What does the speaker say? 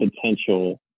potential